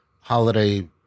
holiday